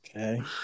Okay